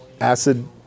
acid